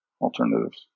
alternatives